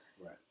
Right